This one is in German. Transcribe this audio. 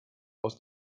aus